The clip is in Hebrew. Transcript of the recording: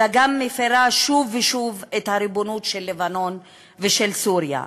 אלא גם מפרה שוב ושוב את הריבונות של לבנון ושל סוריה.